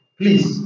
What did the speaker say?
please